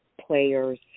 players